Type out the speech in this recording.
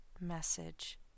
message